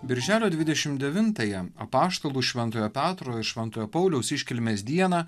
birželio dvidešimt devintąją apaštalų šventojo petro ir šventojo pauliaus iškilmės dieną